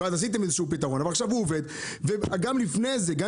ואז עשיתם איזה שהוא פתרון.